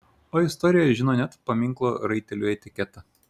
o istorija žino net paminklo raiteliui etiketą